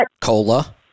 Cola